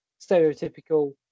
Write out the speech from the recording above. stereotypical